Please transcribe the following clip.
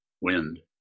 wind